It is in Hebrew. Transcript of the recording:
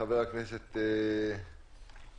חבר הכנסת ארבל.